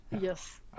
yes